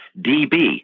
DB